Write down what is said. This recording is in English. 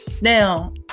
now